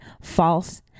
false